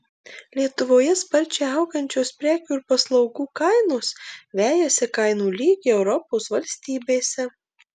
lietuvoje sparčiai augančios prekių ir paslaugų kainos vejasi kainų lygį europos valstybėse